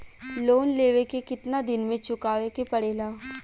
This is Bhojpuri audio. लोन लेवे के कितना दिन मे चुकावे के पड़ेला?